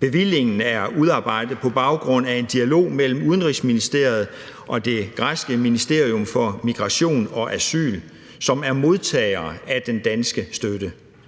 Bevillingen er udarbejdet på baggrund af en dialog mellem Udenrigsministeriet og det græske ministerium for migration og asyl, som er modtager af den danske støtte.